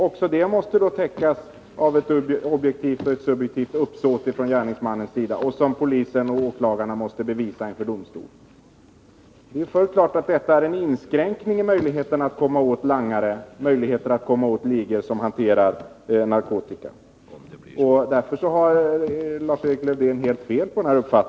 Också det måste täckas av ett objektivt och ett subjektivt uppsåt från gärningsmannens sida, vilket polis och åklagare måste bevisa inför domstol. Det är fullt klart att detta är en inskränkning i möjligheterna att komma åt langare och ligor som hanterar narkotika. Därför har Lars-Erik Lövdén fel på denna punkt.